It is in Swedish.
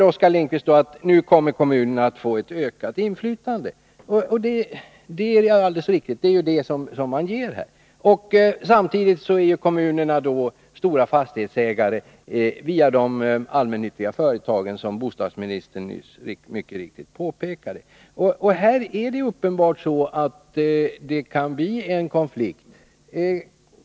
Oskar Lindkvist säger vidare att kommunerna nu kommer att få ett ökat inflytande. Det är alldeles riktigt, det är vad man ger dem. Samtidigt är kommunerna, som bostadsministern nyss påpekade, stora fastighetsägare via de allmännyttiga bostadsföretagen. Här kan det uppenbart bli en konflikt.